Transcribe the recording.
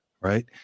right